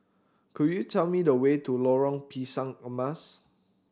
could you tell me the way to Lorong Pisang Emas